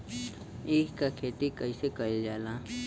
ईख क खेती कइसे कइल जाला?